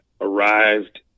arrived